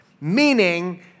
meaning